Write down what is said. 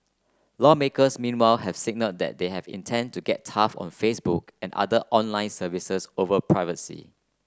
lawmakers meanwhile have signalled that they intend to get tough on Facebook and other online services over privacy